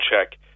check